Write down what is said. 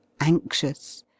anxious